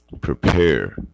Prepare